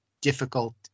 difficult